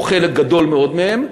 או חלק גדול מאוד מהם,